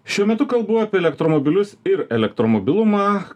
šiuo metu kalbu apie elektromobilius ir elektromobilumą